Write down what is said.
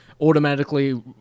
Automatically